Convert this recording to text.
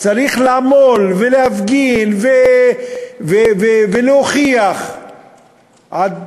הוא צריך לעמול ולהפגין ולהוכיח עד